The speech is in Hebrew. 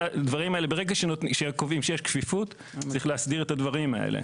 ברגע שקובעים שיש כפיפות צריך להסדיר את הדברים האלה.